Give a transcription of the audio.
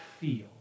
feel